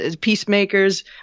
peacemakers